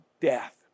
death